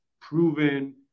proven